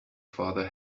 father